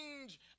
change